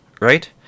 right